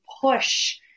push